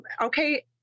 okay